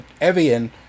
Evian